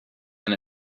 and